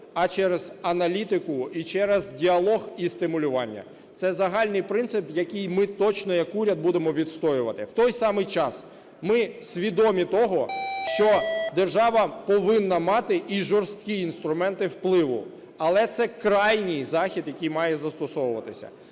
а через аналітику і через діалог і стимулювання. Це загальний принцип, який ми точно як уряд будемо відстоювати. В той самий час ми свідомі того, що держава повинна мати і жорсткі інструменти впливу. Але це крайній захід, який має застосовуватися.